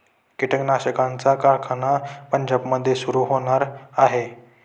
कीटकनाशकांचा कारखाना पंजाबमध्ये सुरू होणार आहे